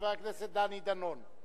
חבר הכנסת דני דנון,